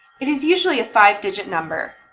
it is usually a five-digit number.